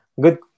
Good